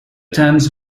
terms